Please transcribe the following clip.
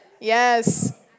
Yes